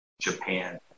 Japan